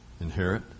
inherit